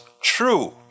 true